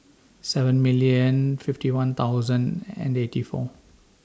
seven million fifty one thousand and eighty four